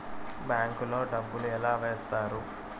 bank లో డబ్బులు ఎలా వేస్తారు